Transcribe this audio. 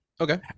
okay